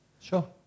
Sure